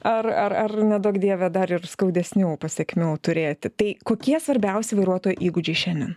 ar ar ar neduok dieve dar ir skaudesnių pasekmių turėti tai kokie svarbiausi vairuotojų įgūdžiai šiandien